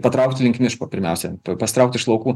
patraukti link miško pirmiausia pasitraukti iš laukų